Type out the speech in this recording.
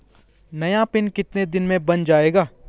नया पिन कितने दिन में बन जायेगा?